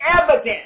evidence